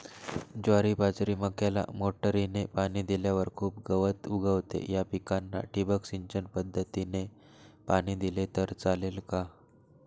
ज्वारी, बाजरी, मक्याला मोटरीने पाणी दिल्यावर खूप गवत उगवते, या पिकांना ठिबक सिंचन पद्धतीने पाणी दिले तर चालेल का?